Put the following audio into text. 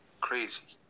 crazy